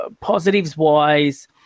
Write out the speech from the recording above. Positives-wise